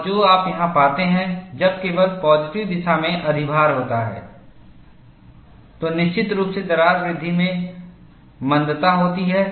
और जो आप यहां पाते हैं जब केवल पॉजिटिव दिशा में अधिभार होता है तो निश्चित रूप से दरार वृद्धि में मंदता होती है